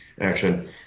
action